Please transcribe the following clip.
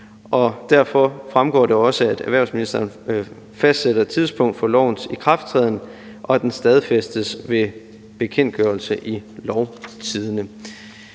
derfor fremgår det også, at erhvervsministeren fastsætter tidspunkt for lovens ikrafttræden, og at den stadfæstes ved bekendtgørelse i Lovtidende.